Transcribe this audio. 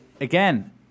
again